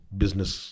business